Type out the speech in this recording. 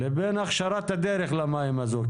לבין הכשרת הדרך למים האלה.